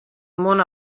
món